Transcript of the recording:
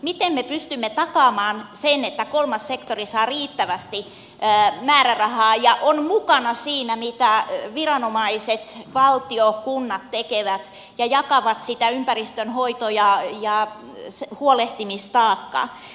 miten me pystymme takaamaan sen että kolmas sektori saa riittävästi määrärahaa ja on mukana siinä mitä viranomaiset valtio kunnat tekevät ja jakavat sitä ympäristönhoito ja huolehtimistaakkaa